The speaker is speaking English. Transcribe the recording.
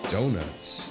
Donuts